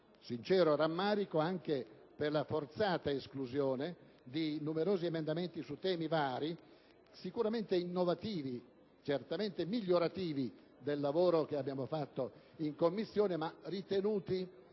sincero rammarico per la forzata esclusione di numerosi emendamenti su temi vari, sicuramente innovativi, certamente migliorativi del lavoro che abbiamo fatto in Commissione, ma ritenuti